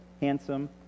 handsome